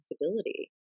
responsibility